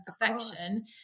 perfection